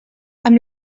amb